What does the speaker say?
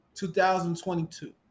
2022